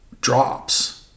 drops